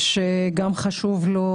אמרתי שאם אני לא אעלה,